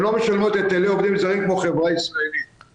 לא משלמות היטלי עובדים זרים כמו חברה ישראלית,